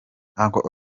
uncle